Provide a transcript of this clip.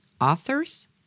authors